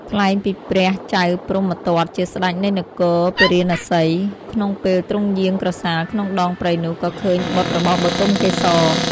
ថ្លែងពីព្រះចៅព្រហ្មទត្តជាស្តេចនៃនគរពារាណសី ក្នុងពេលទ្រង់យាងក្រសាលក្នុងដងព្រៃនោះ ក៏ឃើញបុត្ររបស់បុទមកេសរ។